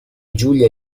giulia